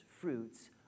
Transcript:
fruits